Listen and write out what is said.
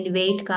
weight